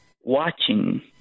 watching